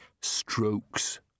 strokes